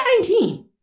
2019